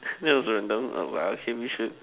that was random but okay we should